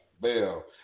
Bell